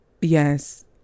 yes